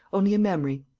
only a memory.